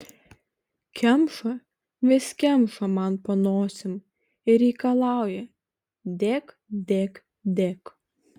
kemša vis kemša man po nosim ir reikalauja dėk dėk dėk